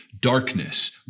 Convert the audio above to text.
Darkness